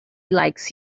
likes